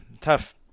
Tough